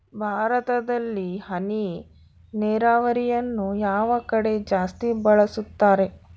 ಭಾರತದಲ್ಲಿ ಹನಿ ನೇರಾವರಿಯನ್ನು ಯಾವ ಕಡೆ ಜಾಸ್ತಿ ಬಳಸುತ್ತಾರೆ?